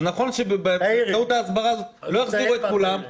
נכון שבאמצעות ההסברה הזאת לא יחזירו את כולם,